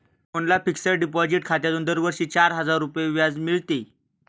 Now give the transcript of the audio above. मोहनला fixed deposit खात्यातून दरवर्षी चार हजार रुपये व्याज मिळते